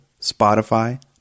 spotify